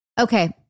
Okay